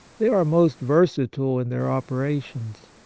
they are most versatile in their operations.